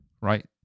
right